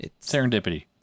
Serendipity